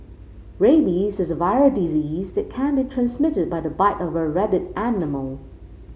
rabies is a viral disease that can be transmitted by the bite of a rabid animal